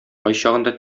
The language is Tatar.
кайчагында